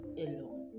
alone